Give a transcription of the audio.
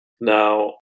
Now